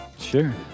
Sure